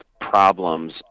problems